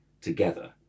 Together